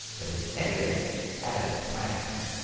but his editor had other plans.